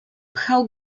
pchał